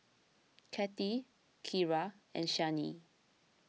Cathi Kira and Shianne